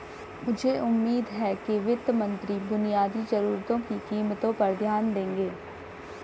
मुझे उम्मीद है कि वित्त मंत्री बुनियादी जरूरतों की कीमतों पर ध्यान देंगे